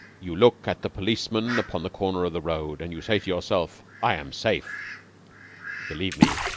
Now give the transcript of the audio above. you look at the policeman upon the corner of the road, and you say to yourself i am safe believe me,